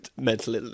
mental